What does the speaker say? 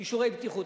אישורי בריאות.